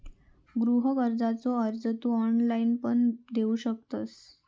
गृह कर्जाचो अर्ज तू ऑनलाईण पण देऊ शकतंस